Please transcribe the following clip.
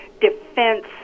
defense